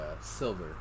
silver